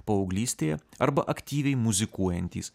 paauglystėje arba aktyviai muzikuojantys